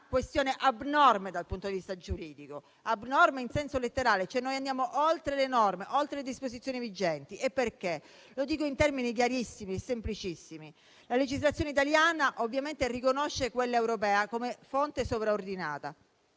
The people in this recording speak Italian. questione abnorme dal punto di vista giuridico: "abnorme" in senso letterale, cioè noi andiamo oltre le norme, oltre le disposizioni vigenti. Lo spiego in termini chiarissimi e semplicissimi: la legislazione italiana ovviamente riconosce quella europea come fonte sovraordinata.